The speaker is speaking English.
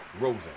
Rosen